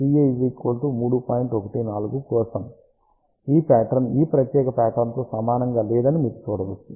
14 కోసం ఈ పాట్రన్ ఈ ప్రత్యేక పాట్రన్ తో సమానంగా లేదని మీరు చూడవచ్చు